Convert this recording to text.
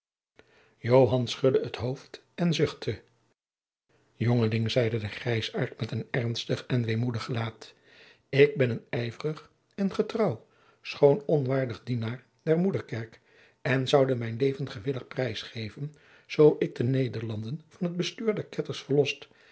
schudde het hoofd en zuchtte jongeling zeide de grijzaart met een ernstig en weemoedig gelaat ik ben een ijverig en getrouw schoon onwaardig dienaar der moederkerk en zoude mijn leven gewillig prijs geven zoo ik de nederlanden van het bestuur der ketters verlost